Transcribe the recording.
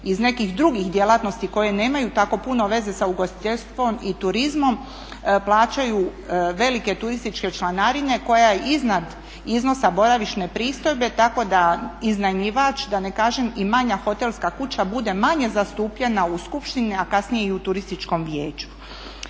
iz nekih drugih djelatnosti koje nemaju tako puno veze s ugostiteljstvom i turizmom plaćaju velike turističke članarine koja je iznad iznosa boravišne pristojbe tako da iznajmljivač, da ne kažem i manja hotelska kuća bude manje zastupljena u skupštini, a kasnije i u turističkom vijeću.